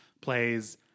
plays